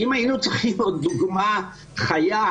אם היינו צריכים עוד דוגמה חיה,